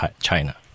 China